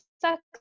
sucks